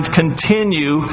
continue